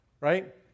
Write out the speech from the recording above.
Right